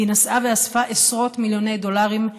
והיא נסעה ואספה עשרות מיליוני דולרים,